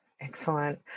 Excellent